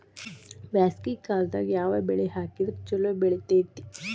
ಬ್ಯಾಸಗಿ ಕಾಲದಾಗ ಯಾವ ಬೆಳಿ ಹಾಕಿದ್ರ ಛಲೋ ಬೆಳಿತೇತಿ?